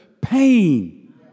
pain